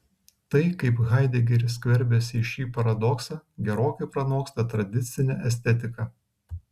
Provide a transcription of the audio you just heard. tai kaip haidegeris skverbiasi į šį paradoksą gerokai pranoksta tradicinę estetiką